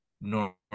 normal